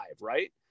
right